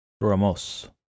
Ramos